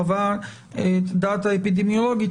בחוות הדעת האפידמיולוגית,